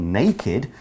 naked